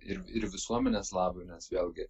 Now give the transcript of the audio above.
ir ir visuomenės labui nes vėlgi